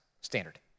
standard